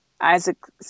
Isaac